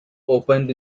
opened